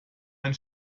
ein